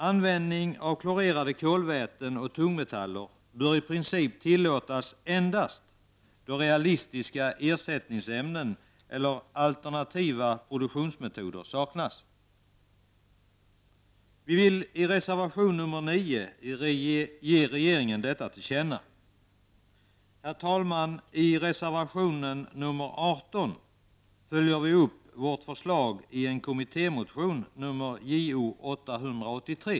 Användning av klorerade kolväten och tungmetaller bör i princip tillåtas endast då realistiska ersättningsämnen eller alternativa produktionsmetoder saknas. Vi vill i reservation nr 9 ge regeringen detta till känna. Herr talman! I reservation nr 18 följer vi upp vårt förslag i en kommittémotion med nr Jo883.